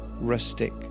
rustic